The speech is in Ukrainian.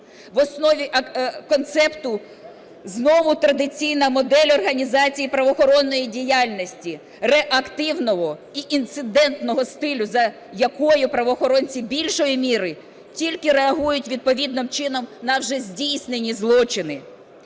В основі концепту знову традиційна модель організації правоохоронної діяльності реактивного і інцидентного стилю, за якою правоохоронці більшої міри тільки реагують відповідним чином на вже здійснені злочини.